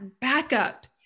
backup